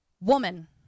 woman